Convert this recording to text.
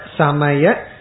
samaya